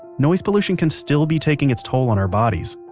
noise pollution can still be taking its toll on our bodies.